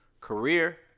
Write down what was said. Career